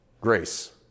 grace